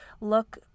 look